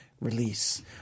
Release